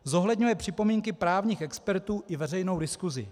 Zohledňuje připomínky právních expertů i veřejnou diskusi.